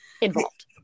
involved